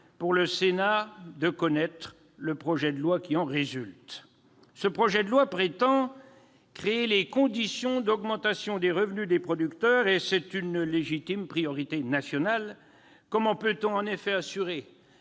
pour le Sénat d'examiner le projet de loi qui en résulte. Ce texte prétend créer les conditions d'augmentation des revenus des producteurs. C'est une légitime priorité nationale. Comment peut-on en effet assurer